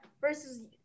versus